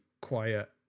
quiet